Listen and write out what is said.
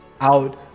out